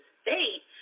state